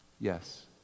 Yes